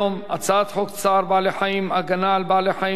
הצעת חוק צער בעלי-חיים (הגנה על בעלי-חיים) (תיקון,